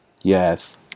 Yes